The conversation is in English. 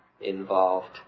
involved